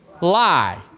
lie